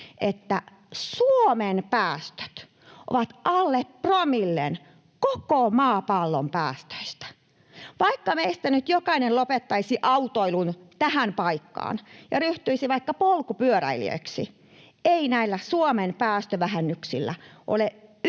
että Suomen päästöt ovat alle promillen koko maapallon päästöistä. Vaikka meistä nyt jokainen lopettaisi autoilun tähän paikkaan ja ryhtyisi vaikka polkupyöräilijäksi, ei näillä Suomen päästövähennyksillä ole yhtään